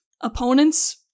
opponents